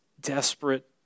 desperate